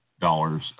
dollars